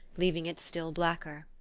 leaving it still blacker.